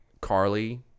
Carly